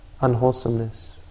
unwholesomeness